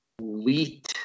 wheat